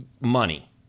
money